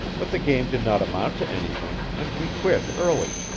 but the game did not amount to anything, and we quit early.